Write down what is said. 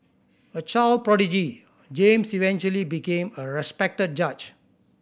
a child prodigy James eventually became a respected judge